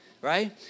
right